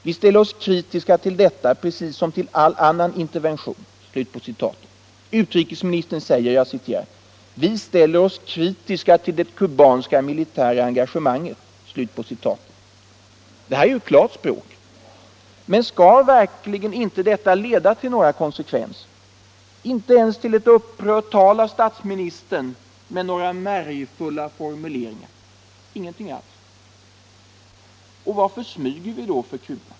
Vi ställer oss kritiska till detta precis som till all annan intervention.” Utrikesministern säger: ”Vi ställer oss kritiska till det kubanska militära engagemanget.” Detta är ju klart språk. Skall det verkligen inte leda till några konsekvenser? Inte ens till ett upprört tal av statsministern med några märgfulla formuleringar? Ingenting alls? Varför smyger vi då för Cuba?